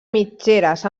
mitgeres